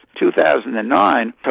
2009